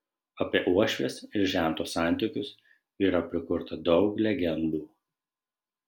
apie uošvės ir žento santykius yra prikurta daug legendų